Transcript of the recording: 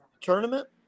tournament